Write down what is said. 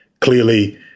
clearly